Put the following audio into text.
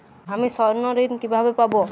আমি স্বর্ণঋণ কিভাবে পাবো?